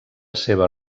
seva